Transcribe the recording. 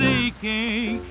aching